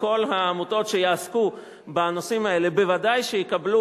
וכל העמותות שיעסקו בנושאים האלה ודאי שיקבלו